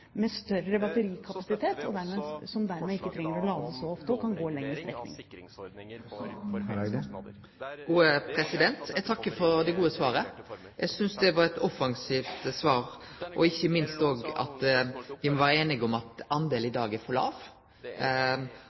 så ofte og kan gå lengre strekninger. Eg takkar for det gode svaret. Eg synest det var eit offensivt svar. Me må vere einige om at talet i dag er for